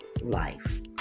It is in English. life